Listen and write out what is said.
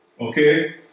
Okay